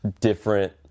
different